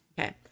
Okay